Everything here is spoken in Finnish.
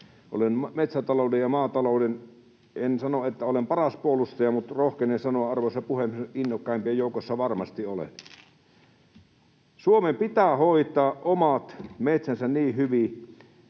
Olen metsätaloudessa ja maataloudessa — en sano, että olen paras puolustaja, mutta rohkenen sanoa, arvoisa puhemies, että innokkaimpien joukossa varmasti olen. Suomen pitää hoitaa omat metsänsä niin hyvin